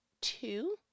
two